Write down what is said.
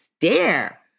stare